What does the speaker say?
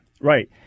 right